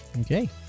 Okay